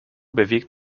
bewegt